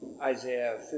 Isaiah